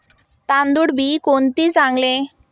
तांदूळ बी कोणते चांगले?